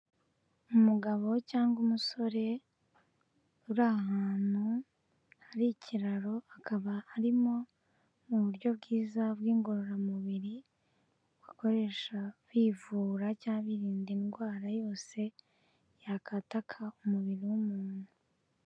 Umugabo cyangwa umusore uri ahantu hari ikiraro, hakaba harimo mu buryo bwiza bw'ingororamubiri bakoresha bivura cyangwa birinda indwara yose yakataka umubiri w'umuntu.